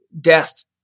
death